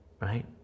Right